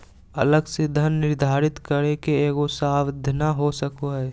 अलग से धन निर्धारित करे के एगो साधन हो सको हइ